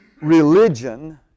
religion